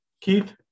Keith